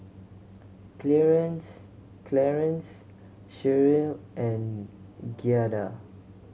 Clearence Cherryl and Giada